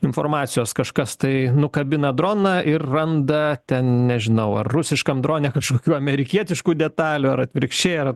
informacijos kažkas tai nukabina droną ir randa ten nežinau ar rusiškam drone kažkokių amerikietiškų detalių ar atvirkščiai ar